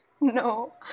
no